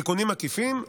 תיקונים עקיפים,